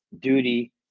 duty